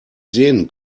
sehen